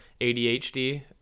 adhd